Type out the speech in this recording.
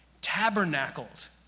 tabernacled